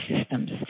systems